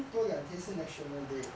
多两天是 national day